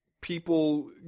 people